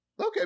Okay